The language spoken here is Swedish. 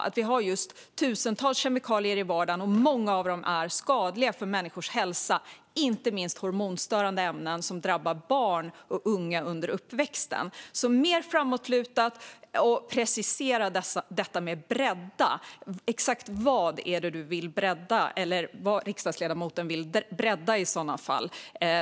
Det finns tusentals kemikalier i vår vardag, och många av dem är skadliga för människors hälsa. Det gäller inte minst hormonstörande ämnen som drabbar barn och unga under uppväxten. Man behöver vara mer framåtlutad, och ledamoten måste precisera vad hon menar med att bredda. Exakt vad är det hon vill bredda i sådana fall?